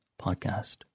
podcast